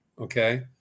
Okay